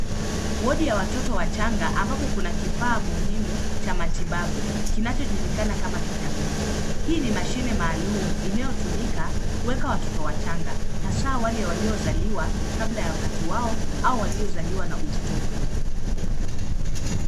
Wodi ya watoto wachanga ambapo kuna kifaa muhimu cha matibabu, kinacho julikana kama kitamizi. Hii ni mashine maalum inayo tumika kuweka watoto wachanga hasa wale waliozaliwa kabla ya wakati wao au walio zaliwa na uzito mdongo.